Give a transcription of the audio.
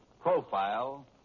Profile